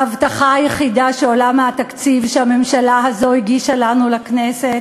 ההבטחה היחידה שעולה מהתקציב שהממשלה הזו הגישה לנו לכנסת